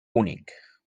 únic